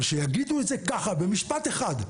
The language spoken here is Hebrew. אבל שיגידו את זה ככה במשפט אחד.